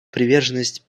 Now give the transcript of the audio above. приверженность